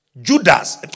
Judas